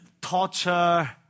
torture